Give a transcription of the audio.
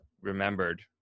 remembered